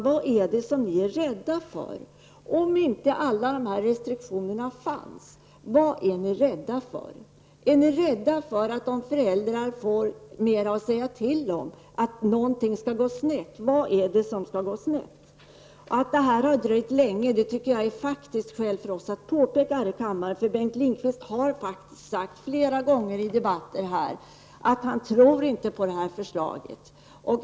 Jag vill ha svar på mina frågor. Vad är det som ni är rädda för? Är ni rädda för att någonting skall gå snett om föräldrar får mer att säga till om? Vad är det i så fall som skall gå snett? Jag tycker att det finns skäl för oss att påpeka här i debatten att detta har tagit lång tid. Bengt Lindqvist har flera gånger i debatten sagt att han inte tror på det här förslaget.